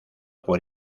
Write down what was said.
por